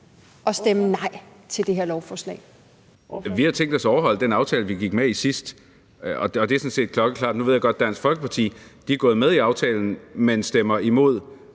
Kl. 14:14 Marcus Knuth (KF): Vi har tænkt os at overholde den aftale, vi gik med i sidst, og det er sådan set klokkeklart. Nu ved jeg godt, at Dansk Folkeparti er gået med i aftalen, men stemmer imod